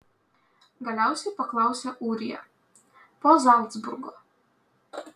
galiausiai paklausė ūrija po zalcburgo